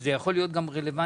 וזה יכול להיות גם רלוונטי,